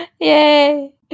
Yay